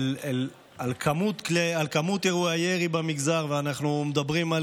על כמות אירועי הירי במגזר, ואנחנו מדברים,